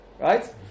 right